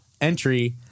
entry